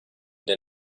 der